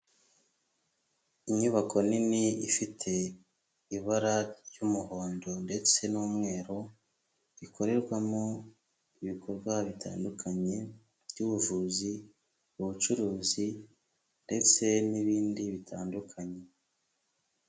Inyubako nini ifite ibara ry'umuhondo ndetse n'umweru, ikorerwamo ibikorwa bitandukanye by'ubuvuzi, ubucuruzi ndetse n'ibindi bitandukanye.